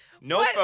No